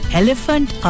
elephant